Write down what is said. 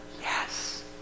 Yes